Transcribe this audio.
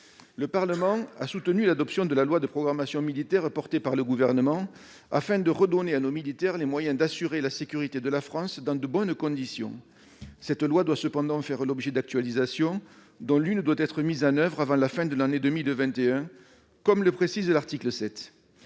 Le Parlement a soutenu l'adoption de la loi de programmation militaire portée par le Gouvernement afin de redonner à nos militaires les moyens d'assurer la sécurité de la France dans de bonnes conditions. Cette loi doit cependant faire l'objet d'actualisations, dont une doit être mise en oeuvre avant la fin de l'année 2021, comme le précise son article 7.